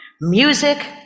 music